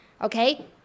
okay